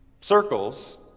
Circles